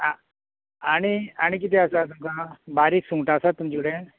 आं आनी आनी कितें आसा तुमका बारीक सुंगटां आसात तुमचे कडेन